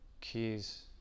keys